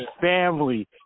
Family